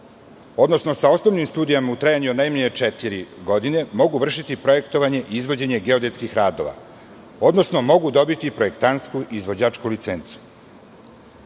odnosno sa osnovnim studijama u trajanju od najmanje četiri godine mogu vršiti projektovanje i izvođenje geodetskih radova, odnosno mogu dobiti projektantsku izvođačku licencu,